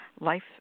life